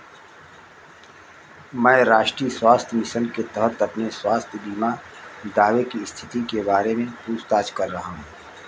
मैं राष्ट्रीय स्वास्थ्य मिशन के तहत अपने स्वास्थ्य बीमा दावे की स्थिति के बारे में पूछताछ कर रहा हूँ